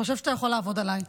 אתה חושב שאתה יכול לעבוד עליי.